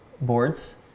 boards